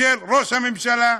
של ראש הממשלה.